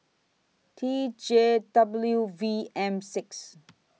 T J W V M six